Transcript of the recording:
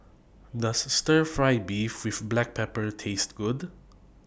Does Stir Fry Beef with Black Pepper Taste Good